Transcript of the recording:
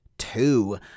Two